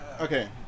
Okay